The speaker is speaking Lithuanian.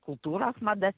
kultūros madas